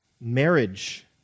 marriage